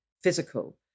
Physical